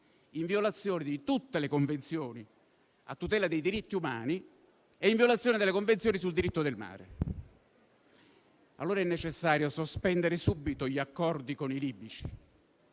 in violazione di tutte le convenzioni a tutela dei diritti umani e in violazione delle convenzioni sul diritto del mare. Allora è necessario sospendere subito gli accordi con i libici